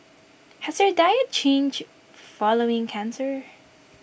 has your diet changed following cancer